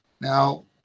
Now